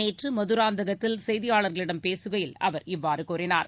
நேற்று மதுராந்தகத்தில் செய்தியாளர்களிடம் பேசுகையில் அவர் இவ்வாறு கூறினார்